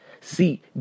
See